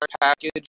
package